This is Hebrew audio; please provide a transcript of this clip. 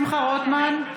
שמחה רוטמן,